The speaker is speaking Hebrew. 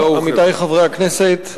עמיתי חברי הכנסת,